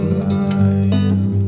lies